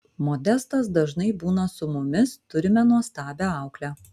modestas dažnai būna su mumis turime nuostabią auklę